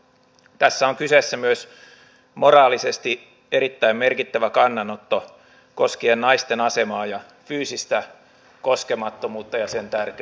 tässä on kyseessä myös moraalisesti erittäin merkittävä kannanotto koskien naisten asemaa ja fyysistä koskemattomuutta ja sen tärkeyttä